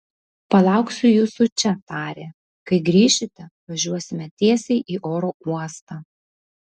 palauksiu jūsų čia tarė kai grįšite važiuosime tiesiai į oro uostą